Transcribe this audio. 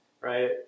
right